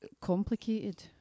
complicated